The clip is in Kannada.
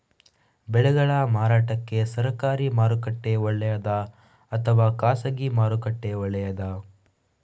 ಬೆಳೆಗಳ ಮಾರಾಟಕ್ಕೆ ಸರಕಾರಿ ಮಾರುಕಟ್ಟೆ ಒಳ್ಳೆಯದಾ ಅಥವಾ ಖಾಸಗಿ ಮಾರುಕಟ್ಟೆ ಒಳ್ಳೆಯದಾ